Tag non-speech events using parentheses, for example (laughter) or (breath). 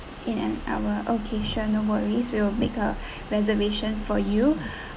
in an hour okay sure no worries we'll make a (breath) reservation for you (breath)